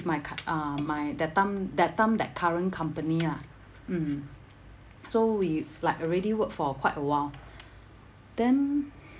my co~ uh my that time that time that current company ah mm so we like already work for quite awhile then